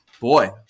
Boy